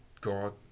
God